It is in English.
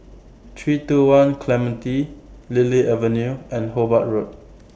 three two one Clementi Lily Avenue and Hobart Road